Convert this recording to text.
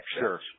Sure